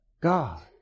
God